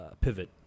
pivot